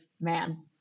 man